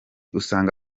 usanga